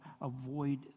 avoid